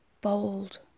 bold